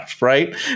right